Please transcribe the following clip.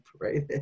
Right